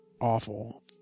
awful